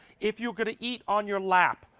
if you can eat on your lap,